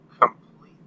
Completely